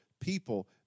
people